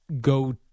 go